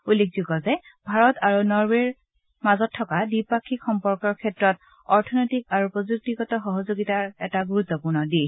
উল্লেখযোগ্য যে ভাৰত আৰু নৰৱেৰ থকা দ্বিপাক্ষিক সম্পৰ্কৰ ক্ষেত্ৰত অৰ্থনৈতিক আৰু প্ৰযুক্তিগত সহযোগিতা এটা গুৰুত্বপূৰ্ণ দিশ